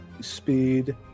speed